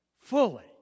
fully